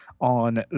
on